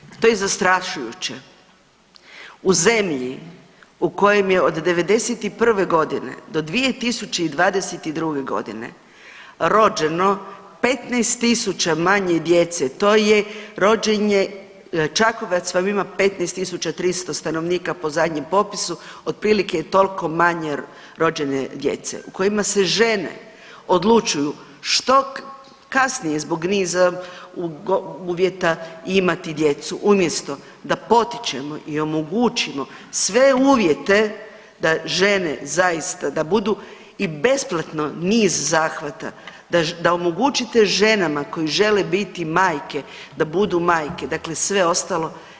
Kolegice, to je zastrašujuće, u zemlji u kojoj je od '91.g. do 2022.g. rođeno 15 tisuća manje djece, to je rođenje, Čakovac vam ima 15.300 stanovnika po zadnjem popisu, otprilike je toliko manje rođene djece, u kojima se žene odlučuju što kasnije zbog niza uvjeta imati djecu umjesto da potičemo i omogućimo sve uvjete da žene zaista da budu i besplatno niz zahvata, da omogućite ženama koje žele biti majke da budu majke, dakle i sve ostalo.